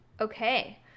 Okay